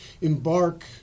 embark